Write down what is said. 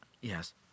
Yes